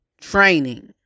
training